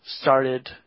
started